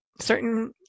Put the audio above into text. certain